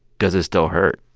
does it still hurt?